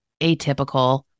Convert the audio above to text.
atypical